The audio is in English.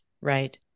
right